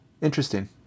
Interesting